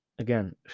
again